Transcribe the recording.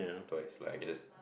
told if like it is